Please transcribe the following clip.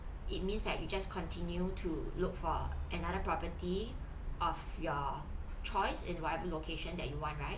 it means that you just continue to look for another property of your choice in whatever location that you want right